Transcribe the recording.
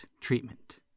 treatment